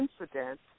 incident